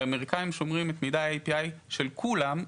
האמריקאים שומרים את מידע ה-API של כולם,